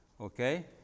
okay